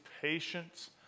patience